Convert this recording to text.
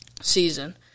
season